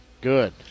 good